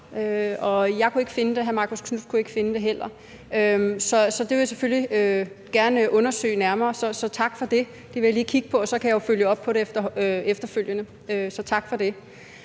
jeg kunne ikke finde det, og hr. Marcus Knuth kunne heller ikke finde det. Det vil jeg selvfølgelig gerne undersøge nærmere, så tak for det. Det vil jeg lige kigge på, og så kan jeg jo følge op på det efterfølgende. Så tak for det.